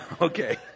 Okay